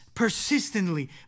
Persistently